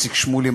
איציק שמולי,